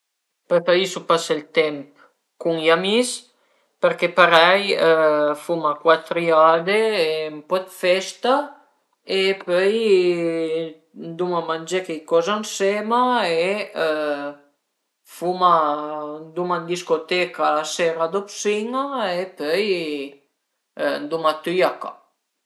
Preferisu pasé ël temp cun i amis perché parei fuma cuat riade e ën po d'festa e pöi anduma mangé cheicoza ënsema e fuma anduma ën discoteca la seira dop sin-a e e pöi anduma tüi a ca